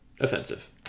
offensive